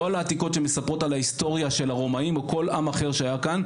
לא על העתיקות שמספרות את ההיסטוריה של הרומאים או כל עם אחר שהיה כאן,